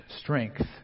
strength